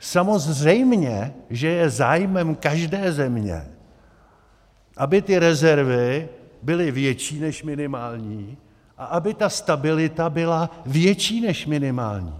Samozřejmě že je zájmem každé země, aby ty rezervy byly větší než minimální a aby ta stabilita byla větší než minimální.